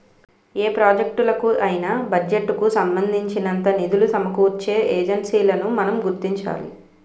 ఏ ప్రాజెక్టులకు అయినా బడ్జెట్ కు సంబంధించినంత నిధులు సమకూర్చే ఏజెన్సీలను మనం గుర్తించాలి